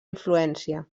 influència